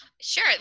Sure